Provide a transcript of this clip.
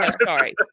sorry